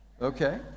Okay